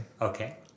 Okay